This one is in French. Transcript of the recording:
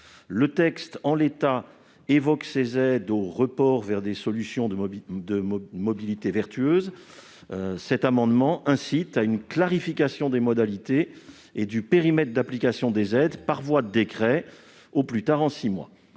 le présent texte évoque ces aides au report vers des solutions de mobilités vertueuses : cet amendement tend à clarifier les modalités et le périmètre d'application des aides par voie de décret, au plus tard dans les six mois.